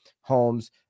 homes